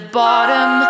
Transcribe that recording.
bottom